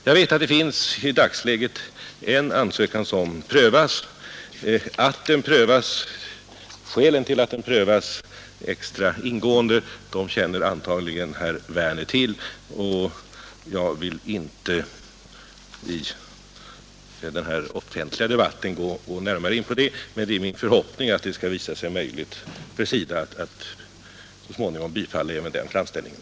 Jag vet att det finns i dagsläget en ansökning som prövas. Skälen till att den prövas extra ingående känner antagligen herr Werner till. Jag vill inte i denna offentliga debatt gå närmare in på omständigheterna i ärendet, men det är min förhoppning att det skall visa sig möjligt för SIDA att så småningom bifalla även den framställningen.